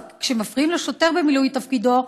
כשמפריעים לשוטר במילוי תפקידו,